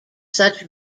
such